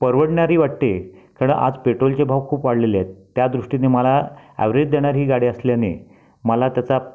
परवडणारी वाटते कारण आज पेट्रोलचे भाव खूप वाढलेले आहेत त्या दृष्टीने मला ॲव्हरेज देणारी ही गाडी असल्याने मला त्याचा